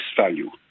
value